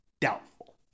doubtful